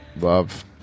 love